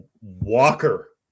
Walker